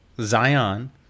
Zion